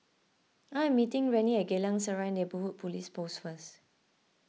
I am meeting Rennie at Geylang Serai Neighbourhood Police Post first